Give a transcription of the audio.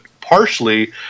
partially